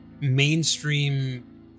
mainstream